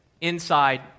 inside